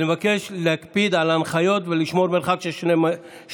אני מבקש להקפיד על ההנחיות ולשמור על מרחק של שני מטרים.